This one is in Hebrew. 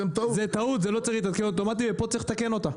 זה לא צריך להתעדכן אוטומטית ופה צריך לתקן אותה.